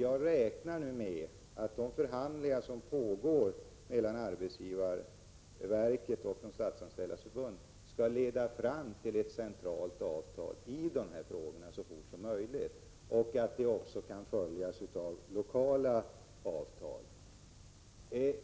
Jag räknar nu med att de förhandlingar som pågår mellan arbetsgivarver ket och Statsanställdas Förbund skall leda fram till ett centralt avtal i dessa frågor så fort som möjligt och att detta kan följas av lokala avtal.